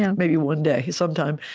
and maybe one day some time.